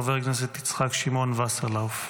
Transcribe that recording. חבר הכנסת יצחק שמעון וסרלאוף.